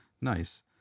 nice